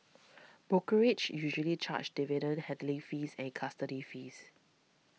brokerages usually charge dividend handling fees and custody fees